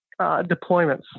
deployments